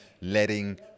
letting